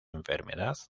enfermedad